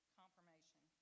confirmation